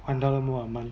one dollar more a month